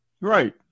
Right